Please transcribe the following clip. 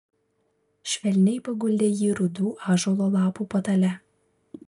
švelniai paguldė jį rudų ąžuolo lapų patale